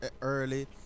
early